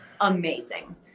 amazing